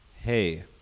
Hey